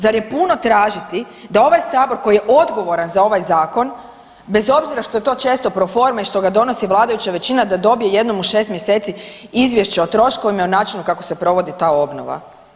Zar je puno tražiti da ovaj sabor koji je odgovoran za ovaj zakon bez obzira što je to često proforma i što ga donosi vladajuća većina da dobije jednom u 6 mjeseci izvješće o troškovima i o načinu kako se provodi ta obnova.